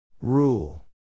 Rule